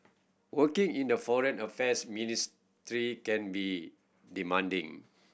working in the Foreign Affairs Ministry can be demanding